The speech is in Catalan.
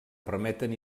permeten